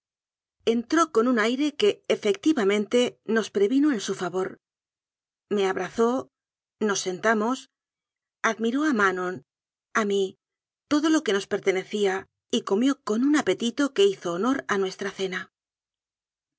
entró con un aire que efecti vamente nos previno en su favor me abrazó nos sentamos admiró a manon a mí todo lo que nos pertenecía y comió con un apetito que hizo honor a nuestra cena